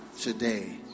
today